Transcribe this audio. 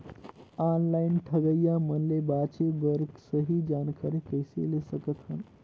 Online ठगईया मन ले बांचें बर सही जानकारी कइसे ले सकत हन?